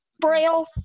Braille